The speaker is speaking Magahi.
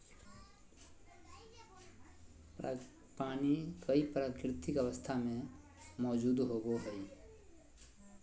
पानी कई प्राकृतिक अवस्था में मौजूद होबो हइ